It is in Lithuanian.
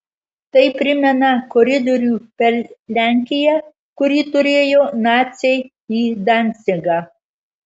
tai primena koridorių per lenkiją kurį turėjo naciai į dancigą